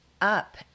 up